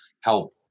help